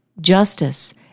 justice